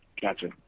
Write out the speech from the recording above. Gotcha